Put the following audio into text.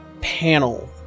panel